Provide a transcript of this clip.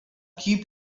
keep